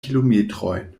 kilometrojn